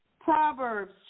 Proverbs